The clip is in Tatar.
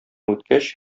үткәч